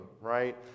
right